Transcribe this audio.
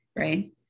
right